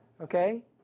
okay